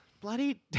bloody